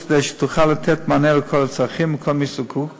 כדי שתוכל לתת מענה לכל הצרכים ולכל מי שזקוק לה,